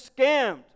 scammed